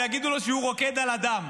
ויגידו לו שהוא רוקד על הדם,